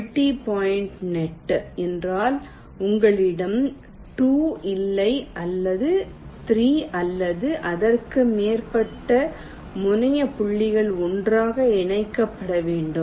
multi point net என்றால் உங்களிடம் 2 இல்லை ஆனால் 3 அல்லது அதற்கு மேற்பட்ட முனைய புள்ளிகள் ஒன்றாக இணைக்கப்பட வேண்டும்